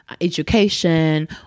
education